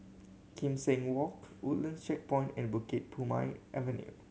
Kim Seng Walk Woodlands Checkpoint and Bukit Purmei Avenue